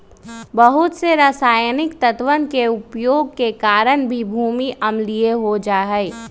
बहुत से रसायनिक तत्वन के उपयोग के कारण भी भूमि अम्लीय हो जाहई